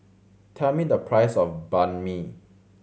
tell me the price of Banh Mi